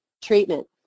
treatment